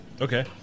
Okay